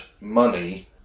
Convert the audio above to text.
money